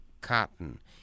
Cotton